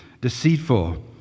deceitful